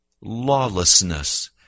lawlessness